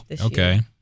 Okay